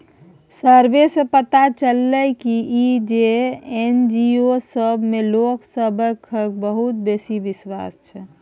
survey सँ पता चलले ये की जे एन.जी.ओ सब मे लोक सबहक बहुत बेसी बिश्वास छै